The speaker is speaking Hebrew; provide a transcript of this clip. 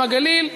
עם הגליל.